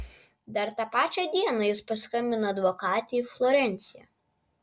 dar tą pačią dieną jis paskambina advokatei į florenciją